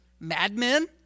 Madmen